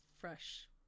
fresh